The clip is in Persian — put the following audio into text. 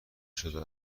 شده